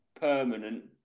permanent